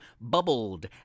bubbled